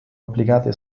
applicate